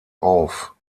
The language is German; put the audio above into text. auf